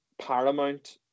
paramount